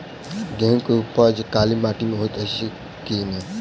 गेंहूँ केँ उपज काली माटि मे हएत अछि की नै?